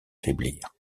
faiblir